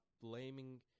blaming